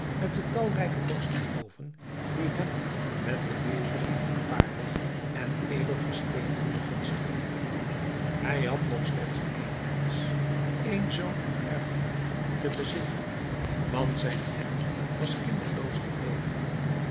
met de talrijke vorstenhoven die hem met de levering van paarlen en edelgesteenten begunstigen hij had nog slechts één wensch een zoon en erfgenaam te bezitten want zijn echt was kinderloos gebleven